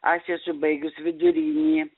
aš esu baigus vidurinį